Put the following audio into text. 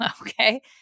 Okay